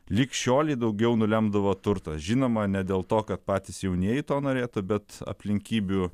lyg šiolei daugiau nulemdavo turtas žinoma ne dėl to kad patys jaunieji to norėtų bet aplinkybių